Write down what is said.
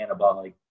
anabolic